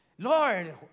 Lord